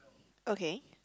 okay